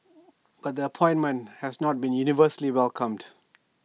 but the appointment has not been universally welcomed